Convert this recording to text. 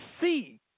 see